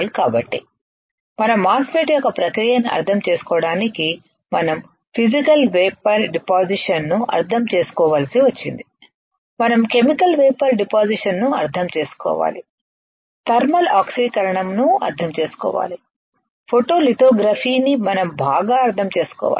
కాబట్టి మన MOSFET యొక్క ప్రక్రియను అర్థం చేసుకోవడానికి మనం ఫిసికల్ వేపర్ డిపాసిషన్ ను అర్థం చేసుకోవలసి వచ్చింది మనం కెమికల్ వేపర్ డిపాసిషన్ ను అర్థం చేసుకోవాలి థర్మల్ ఆక్సీకరణను అర్థం చేసుకోవాలి ఫోటోలిథోగ్రఫీని మనం బాగా అర్థం చేసుకోవాలి